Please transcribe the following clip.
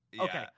Okay